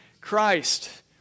Christ